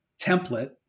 template